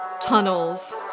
Tunnels